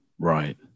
Right